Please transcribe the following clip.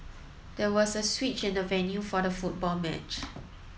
there was a switch in the venue for the football match